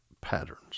patterns